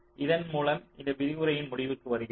இதன் மூலம் இந்த விரிவுரையின் முடிவுக்கு வருகிறோம்